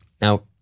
Now